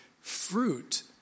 fruit